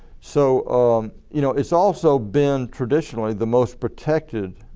so you know it's also been traditionally the most protected